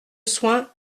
soins